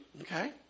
Okay